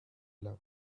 love